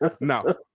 No